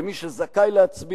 למי שזכאי להצביע.